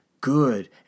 good